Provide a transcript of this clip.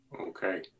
Okay